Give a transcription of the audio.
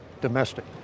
domestic